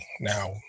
Now